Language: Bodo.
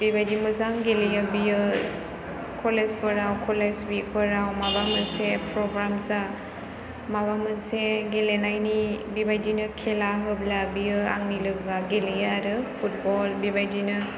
बेबायदि मोजां गेलेयो बियो कलेजफोराव कलेज उइकफोराव माबा मोनसे प्रग्राम जा माबा मोनसे गेलेनायनि बेबायदिनो खेला होब्ला बियो आंनि लोगोआ गेलेयो आरो फुटबल बेबायदिनो